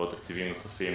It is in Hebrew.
וניתנו תקציבים נוספים